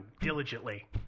diligently